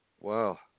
Wow